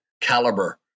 caliber